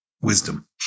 wisdom